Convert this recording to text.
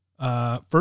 first